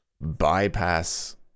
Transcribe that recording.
bypass